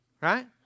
right